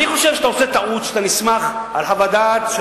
אני חושב שאתה עושה טעות שאתה נסמך על חוות דעת של